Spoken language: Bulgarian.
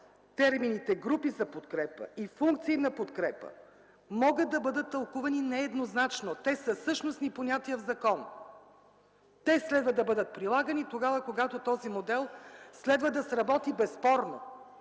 термините „групи за подкрепа” и „функции на подкрепа” могат да бъдат тълкувани нееднозначно. Те са същностни понятия в закона. Те следва да бъдат прилагани тогава, когато този модел следва да сработи безспорно.